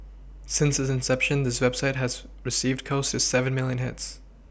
since its inception the website has received close to seven milLion hits